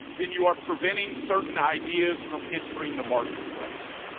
then you are preventing certain ideas from entering the marketplace,